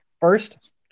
first